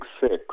six